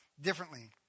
differently